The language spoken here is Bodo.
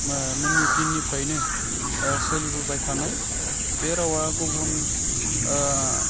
मोननि दिननिफ्रायनो सोलिबोबाय थानाय बे रावा गुबुन